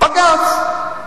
בג"ץ.